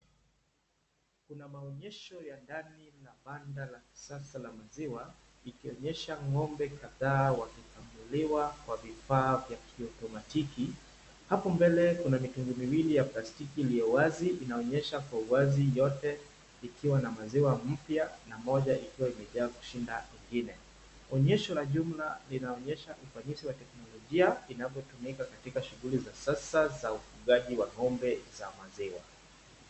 Kuna maonyesho ya ndani na banda la kisasa la maziwa likionyesha ng'ombe kadhaa wakikamuliwa kwa vifaa vya kiautomatiki, hapo mbele kuna mitungi viwili vya plastiki iliyo wazi inayoonyesha kwa wazi yote ikiwa na maziwa mpya na moja ikiwa imejaa kushinda ingine. Onyesho la jumla linaonyesha ufanisi wa teknolojia inavotumika katika shughuli za sasa za ufugaji wa ng'ombe za maziwa.